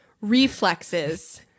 reflexes